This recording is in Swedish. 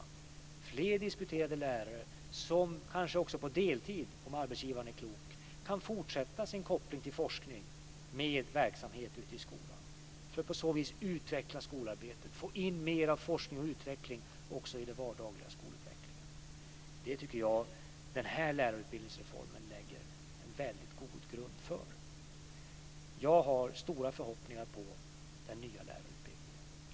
Vi behöver fler disputerade lärare som kanske också på deltid, om arbetsgivaren är klok, kan fortsätta sin koppling till forskning samtidigt som de bedriver verksamhet ute i skolan. På så vis utvecklar man skolarbetet och får in mer forskning också i det vardagliga skolarbetet. Det tycker jag att denna lärarutbildningsreform lägger en väldigt god grund för. Jag har stora förhoppningar när det gäller den nya lärarutbildningen.